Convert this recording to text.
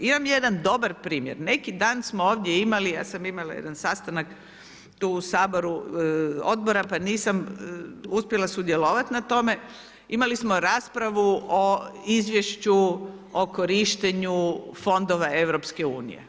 Imam jedan dobar primjer, neki dan samo ovdje imali, ja sam imala jedan sastanak tu u Sabora odbora, pa nisam uspjela sudjelovati na tome, imali smo raspravu o izvješću o korištenju fondova EU.